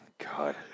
God